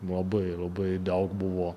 labai labai daug buvo